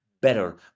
better